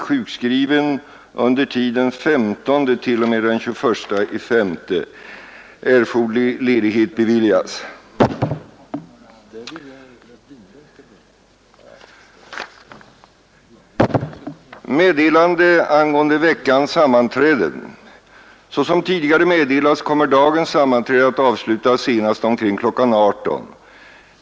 Såsom tidigare meddelats kommer dagens sammanträde att avslutas senast omkring kl. 18.00.